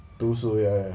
读书 ya ya ya